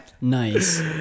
Nice